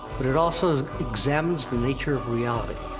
but it also examines the nature of reality.